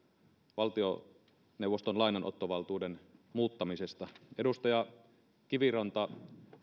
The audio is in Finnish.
valtioneuvoston lainanottovaltuuden muuttamisesta edustaja kiviranta